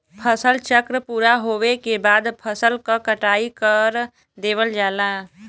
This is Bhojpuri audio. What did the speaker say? फसल चक्र पूरा होवे के बाद फसल क कटाई कर देवल जाला